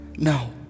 No